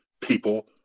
people